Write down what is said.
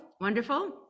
Wonderful